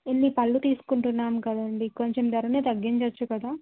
ఇన్ని పళ్ళు తీసుకుంటున్నాను కందండి కొంచెం ధరని తగ్గించచ్చు కదా